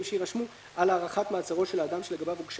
"על הארכת מעצרו של האדם שלגביו הוגשה